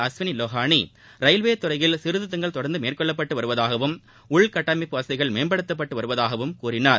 Ashwini Lohani railway துறையில் சீர்திருத்தங்கள் தொடர்ந்து மேற்கொள்ளப்பட்டு வருவதாகவும் உள்கட்டமைப்பு வசதிகள் மேம்படுத்தப்பட்டு வருவதாகவும் கூறினார்